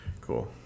Cool